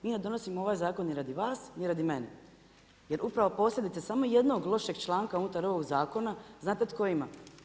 Mi ne donosimo ovaj zakon radi vas ni radi mene, jer upravo posljedice samo jednog lošeg članka unutar ovog zakona znate tko ima?